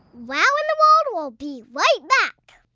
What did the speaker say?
wow in the world will be right back.